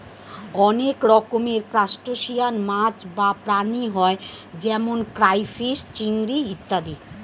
অনেক রকমের ক্রাস্টেশিয়ান মাছ বা প্রাণী হয় যেমন ক্রাইফিস, চিংড়ি ইত্যাদি